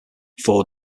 four